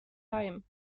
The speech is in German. heim